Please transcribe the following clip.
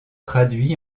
traduits